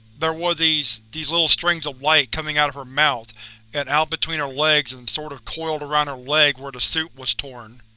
there were these these little strings of light, coming out of her mouth and out between her legs and sort of coiled around her leg where the suit was torn.